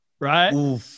right